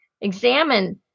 Examine